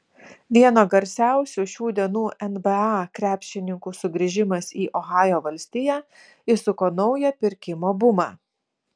vieno garsiausių šių dienų nba krepšininkų sugrįžimas į ohajo valstiją įsuko naują pirkimo bumą